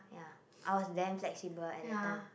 ya I was damn flexible at that time